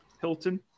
Hilton